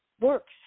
works